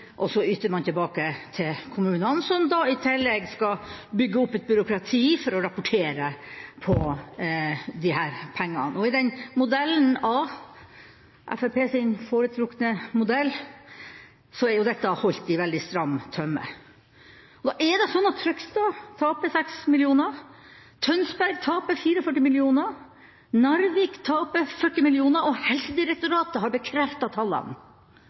og så yter man tilbake til kommunene – som da i tillegg skal bygge opp et byråkrati for å rapportere på disse pengene. I modell A, Fremskrittspartiets foretrukne modell, er dette holdt i veldig stramme tømmer. Det er slik at Trøgstad taper 6 mill. kr, Tønsberg taper 44 mill. kr, Narvik taper 40 mill. kr – og Helsedirektoratet har bekreftet tallene.